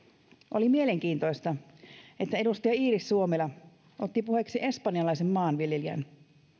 oli mielenkiintoista että edustaja iiris suomela otti puheeksi espanjalaisen maanviljelijän